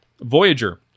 Voyager